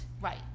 Right